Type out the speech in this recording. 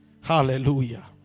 Hallelujah